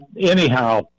anyhow